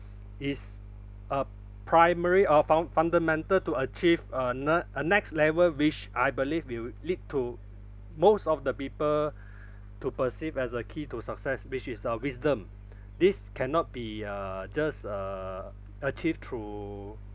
is a primary or found~ fundamental to achieve uh net~ uh next level which I believe will lead to most of the people to perceive as a key to success which is the wisdom this cannot be uh just uh achieved through